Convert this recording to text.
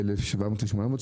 ו-1,700 ו-1,800,